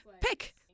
pick